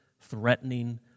threatening